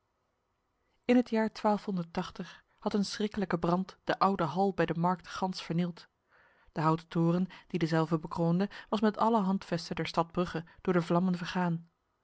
in het jaar had een schrikkelijke brand de oude hal bij de markt gans vernield de houten toren die dezelve bekroonde was met alle handvesten der stad brugge door de vlammen vergaan